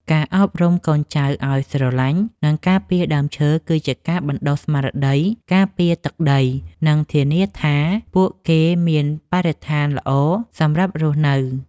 ការអប់រំកូនចៅឱ្យស្រឡាញ់ និងការពារដើមឈើគឺជាការបណ្តុះស្មារតីការពារទឹកដី និងធានាថាពួកគេមានបរិស្ថានល្អសម្រាប់រស់នៅ។